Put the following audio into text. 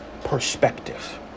perspective